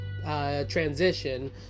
transition